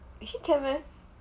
actually can meh